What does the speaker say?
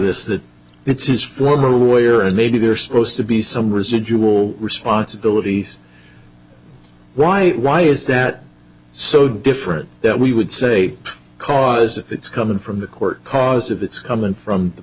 this that it's his former way or and maybe they're supposed to be some residual responsibilities why why is that so different that we would say cause if it's coming from the court because of it's coming from the